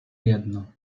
jedno